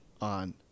on